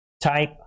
type